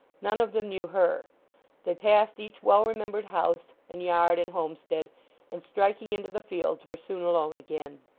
none of them knew her they passed each well-remembered house, and yard, and homestead and striking into the fields, were soon alone again.